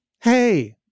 Hey